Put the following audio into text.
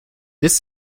this